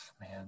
Man